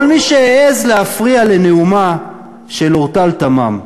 כל מי שהעז להפריע לנאומה של אורטל תמם,